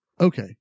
Okay